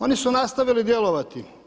Oni su nastavili djelovati.